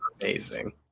Amazing